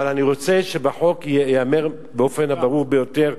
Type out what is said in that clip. אבל אני רוצה שבחוק ייאמר באופן הברור ביותר,